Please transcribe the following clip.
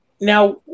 Now